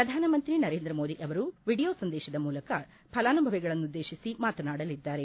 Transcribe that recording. ಪ್ರಧಾನಮಂತ್ರಿ ನರೇಂದ್ರ ಮೋದಿ ಅವರು ವಿಡಿಯೋ ಸಂದೇಶದ ಮೂಲಕ ಫಲಾನುಭವಿಗಳನ್ನುದ್ಲೇಶಿಸಿ ಮಾತನಾಡಲಿದ್ದಾರೆ